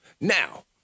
Now